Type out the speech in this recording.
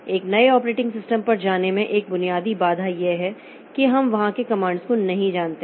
एक नए operating system पर जाने में एक बुनियादी बाधा यह है कि हम वहां के कमांड्स को नहीं जानते हैं